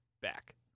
back